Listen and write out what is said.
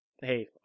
hey